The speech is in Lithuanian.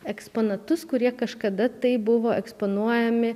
eksponatus kurie kažkada taip buvo eksponuojami